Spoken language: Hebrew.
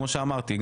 כמו שאמרתי,